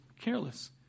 careless